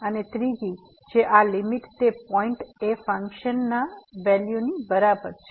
અને ત્રીજી જે આ લીમીટ તે પોઈન્ટ એ ફંકશન વેલ્યુની બરાબર છે